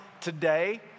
today